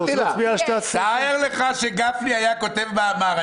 תאר לך שגפני היה כותב מאמר,